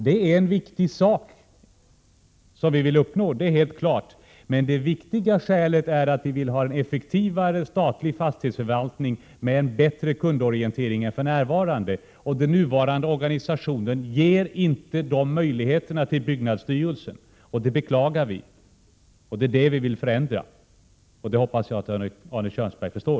Att det är en viktig sak som vi vill uppnå är helt klart, men det viktigaste skälet är att vi vill ha en effektivare statlig fastighetsförvaltning med en bättre kundorientering än för närvarande. Den nuvarande organisationen ger inte byggnadsstyrelsen de möjligheterna. Det beklagar vi, och det är det vi vill förändra. Det hoppas jag att Arne Kjörnsberg förstår.